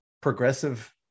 progressive